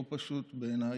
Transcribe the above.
לא פשוט בעיניי,